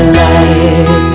light